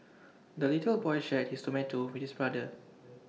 the little boy shared his tomato with his brother